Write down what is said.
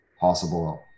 possible